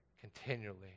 continually